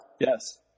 Yes